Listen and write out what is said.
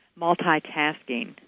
multitasking